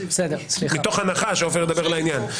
מתוך הנחה שידבר לעניין.